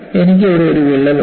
എനിക്ക് ഇവിടെ വിള്ളൽ ഉണ്ട്